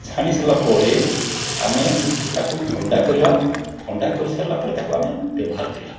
ଛାଣି ସାରିଲା ପରେ ଆମେ ତାକୁ ଥଣ୍ଡା କରିବା ଥଣ୍ଡା କରି ସାରିଲା ପରେ ତାକୁ ଆମେ ବ୍ୟବହାର କରିବା